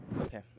Okay